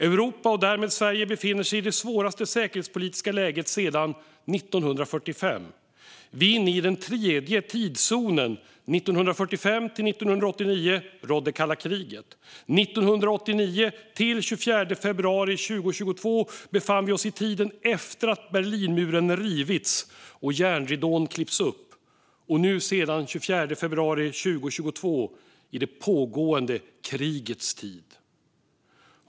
Europa, och därmed Sverige, befinner sig i det svåraste säkerhetspolitiska läget sedan 1945. Vi är inne i den tredje tidszonen. Från 1945 till 1989 rådde kalla kriget. Från 1989 till den 24 februari 2022 befann vi oss i tiden efter att Berlinmuren rivits och järnridån klippts upp. Nu, sedan den 24 februari 2022, befinner vi oss i det pågående krigets tid.